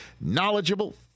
knowledgeable